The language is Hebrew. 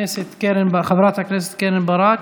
חברת הכנסת קרן ברק,